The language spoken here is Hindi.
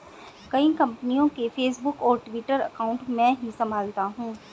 कई कंपनियों के फेसबुक और ट्विटर अकाउंट मैं ही संभालता हूं